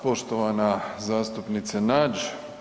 Poštovana zastupnice Nađ.